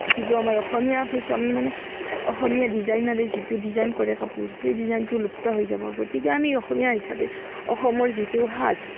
যিটো আমাৰ অসমীয়া ফেশ্বন মানে অসমীয়া ডিজাইনাৰে যিটো ডিজাইন কৰে কাপোৰ সেই ডিজাইন লুপ্ত হৈ যাব গতিকে আমি অসমীয়া হিচাপে অসমৰ যিটো সাজ